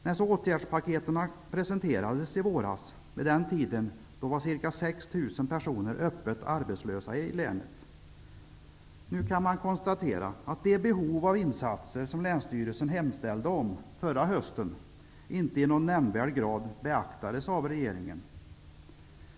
När åtgärdspaketen presenterades i våras var ca 6 000 Nu kan man konstatera att de behov av insatser som länsstyrelsen anmälde förra hösten inte i någon nämnvärd grad beaktades av regeringen.